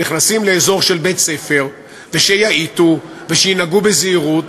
נכנסים לאזור של בית-ספר ושיאטו ושינהגו בזהירות,